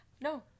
No